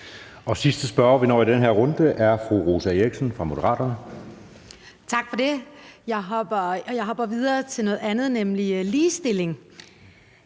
Sidste spørger, vi når i den her runde, er fru Rosa Eriksen fra Moderaterne. Kl. 16:16 Rosa Eriksen (M): Tak for det. Jeg hopper videre til noget andet, nemlig ligestilling.